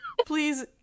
please